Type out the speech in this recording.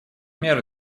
мер